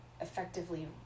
effectively